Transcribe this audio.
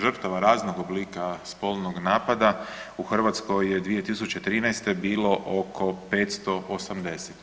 Žrtava raznog oblika spolnog napada u Hrvatskoj je 2013. bilo oko 580.